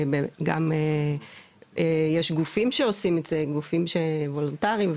וגם יש גופים שעושים את זה, גופים וולונטריים.